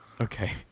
Okay